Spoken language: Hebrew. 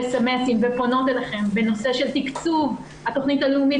מסרונים ופונות אליכם בנושא של תקצוב התוכנית הלאומית